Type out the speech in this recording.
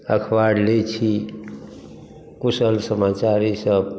अखबार लै छी कुशल समाचार ईसभ